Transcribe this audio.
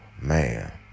man